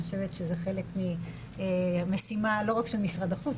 אני חושבת שזה חלק ממשימה לא רק של משרד החוץ,